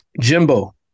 Jimbo